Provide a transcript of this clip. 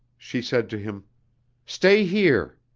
she said to him stay here.